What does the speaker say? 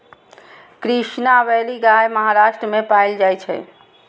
Krishna valley गाय महाराष्ट्र मे पाएल जाइ छै